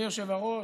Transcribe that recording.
אדוני היושב-ראש,